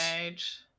age